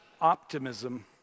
optimism